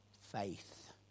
faith